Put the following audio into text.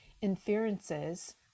inferences